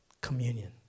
Communion